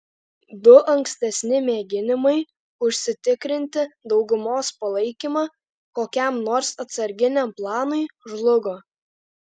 du ankstesni mėginimai užsitikrinti daugumos palaikymą kokiam nors atsarginiam planui žlugo